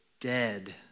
dead